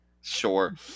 Sure